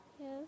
Yes